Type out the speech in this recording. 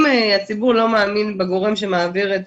אם הציבור לא מאמין בגורם שמעביר את